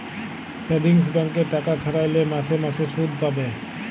savings ব্যাংকে টাকা খাটাইলে মাসে মাসে সুদ পাবে